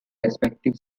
respective